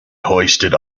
hoisted